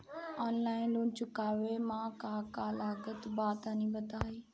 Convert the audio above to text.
Online loan चुकावे म का का लागत बा तनि बताई?